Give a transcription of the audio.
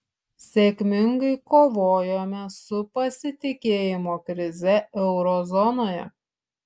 sėkmingai kovojome su pasitikėjimo krize euro zonoje